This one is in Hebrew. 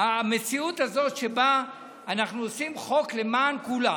המציאות הזאת שבה אנחנו עושים חוק למען כולם,